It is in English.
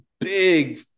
big